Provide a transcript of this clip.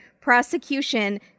prosecution